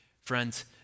Friends